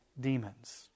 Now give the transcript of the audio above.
demons